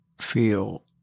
feel